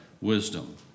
wisdom